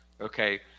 okay